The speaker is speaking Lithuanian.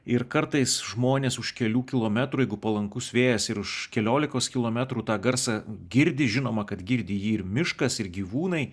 ir kartais žmonės už kelių kilometrų jeigu palankus vėjas ir už keliolikos kilometrų tą garsą girdi žinoma kad girdi jį ir miškas ir gyvūnai